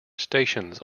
stations